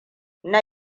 na